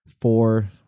four